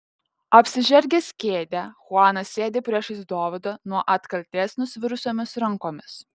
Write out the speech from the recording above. apsižergęs kėdę chuanas sėdi priešais dovydą nuo atkaltės nusvirusiomis rankomis